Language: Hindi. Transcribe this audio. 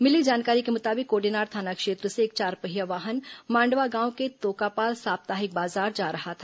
मिली जानकारी के मुताबिक कोडेनार थाना क्षेत्र से चारपहिया एक वाहन मांडवा गांव के तोकापाल साप्ताहिक बाजार जा रहा था